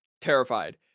terrified